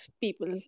people